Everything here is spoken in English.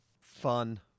Fun